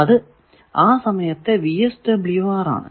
അത് ആ സമയത്തെ VSWR ആണ്